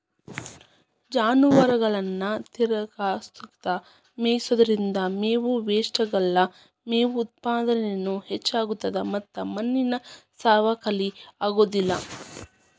ಜಾನುವಾರುಗಳನ್ನ ತಿರಗಸ್ಕೊತ ಮೇಯಿಸೋದ್ರಿಂದ ಮೇವು ವೇಷ್ಟಾಗಲ್ಲ, ಮೇವು ಉತ್ಪಾದನೇನು ಹೆಚ್ಚಾಗ್ತತದ ಮತ್ತ ಮಣ್ಣಿನ ಸವಕಳಿ ಆಗೋದಿಲ್ಲ